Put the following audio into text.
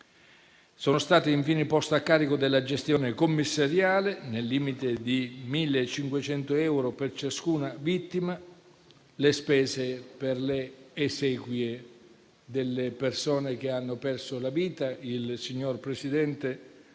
Sono state infine poste a carico della gestione commissariale, nel limite di 1.500 euro per ciascuna vittima, le spese per le esequie delle persone che hanno perso la vita, che il signor Presidente